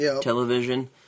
television